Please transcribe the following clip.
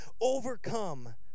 overcome